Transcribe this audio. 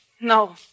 No